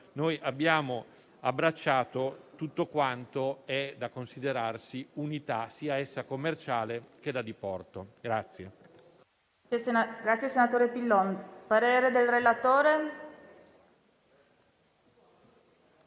noi abbiamo abbracciato tutto quanto è da considerarsi unità navale, sia essa commerciale o da diporto.